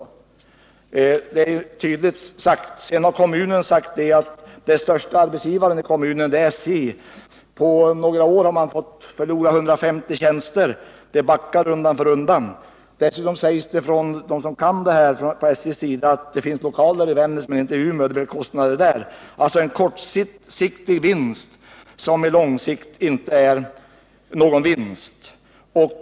Till detta kan sägas att Vännäs kommun tydligt har uttalat att den störste arbetsgivaren i kommunen är SJ. Under några år har man nu förlorat 150 tjänster och det minskar undan för undan. De inom SJ som känner till förhållandena säger dessutom att det finns lokaler i Vännäs men inte i Umeå, så det blir också fråga om ökade lokalkostnader i det här fallet. Man kan genom det här beslutet göra en kortsiktig vinst, men på lång sikt är det inte fråga om någon vinst.